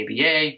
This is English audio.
ABA